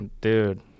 Dude